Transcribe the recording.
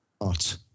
art